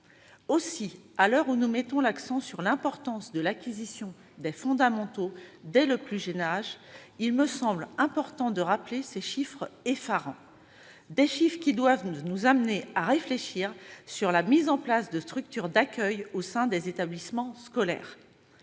le CP. À l'heure où nous mettons l'accent sur l'importance de l'acquisition des fondamentaux dès le plus jeune âge, il me semble important de rappeler ces chiffres effarants. Des chiffres qui doivent nous amener à réfléchir sur la mise en place de structures d'accueil au sein des établissements scolaires.